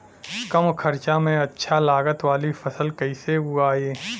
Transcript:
कम खर्चा में अच्छा लागत वाली फसल कैसे उगाई?